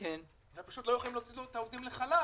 והם לא יכולים להוציא את העובדים לחל"ת